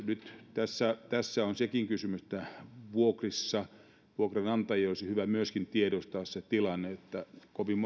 nyt tässä on sekin kysymys että vuokrissa vuokranantajien olisi hyvä myöskin tiedostaa se tilanne että kun kovin